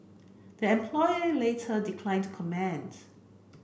the employee later declined to comment